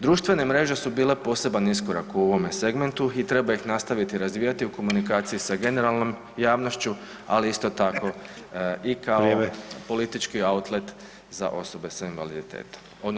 Društvene mreže su bile poseban iskorak u ovome segmentu i treba ih nastaviti razvijati u komunikaciji sa generalnom javnošću, ali isto tako i kao politički outlet za osobe s invaliditetom odnosno jedan